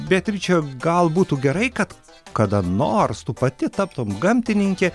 beatriče gal būtų gerai kad kada nors tu pati taptum gamtininke